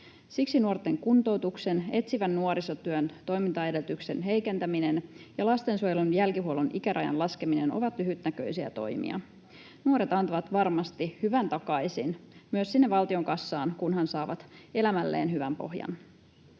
Siksi nuorten kuntoutuksen ja etsivän nuorisotyön toimintaedellytyksien heikentäminen ja lastensuojelun jälkihuollon ikärajan laskeminen ovat lyhytnäköisiä toimia. Nuoret antavat varmasti hyvän takaisin myös sinne valtion kassaan, kunhan saavat elämälleen hyvän pohjan.